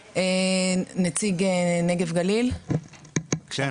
נציג המשרד לפיתוח הפריפריה, הנגב והגליל, בבקשה.